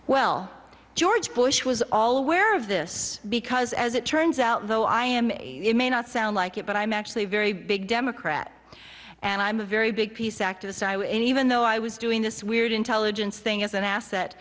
well george bush was all aware of this because as it turns out though i am it may not sound like it but i'm actually a very big democrat and i'm a very big peace activist i would even though i was doing this weird intelligence thing as an asset